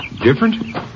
Different